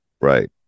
right